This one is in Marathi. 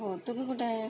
हो तुम्ही कुठे आहे